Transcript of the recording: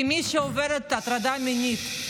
כי מי שעוברת הטרדה מינית,